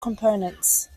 components